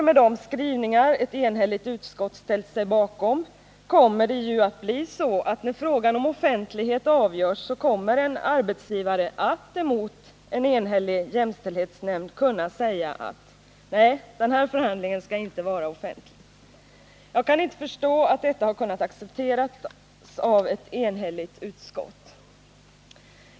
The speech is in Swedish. Med de skrivningar ett enhälligt utskott ställt sig bakom kommer det ju att bli så att när frågan om offentlighet avgörs kan en förhandlingen skall inte vara offentlig. Jag kan inte förstå att detta har kunnat accepteras av ett enhälligt utskott.